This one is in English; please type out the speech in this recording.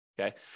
Okay